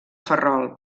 ferrol